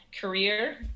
career